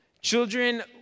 Children